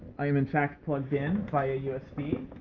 i am in fact plugged in by a usb. ah,